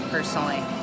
Personally